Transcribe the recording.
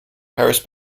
harris